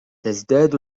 تزداد